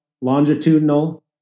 longitudinal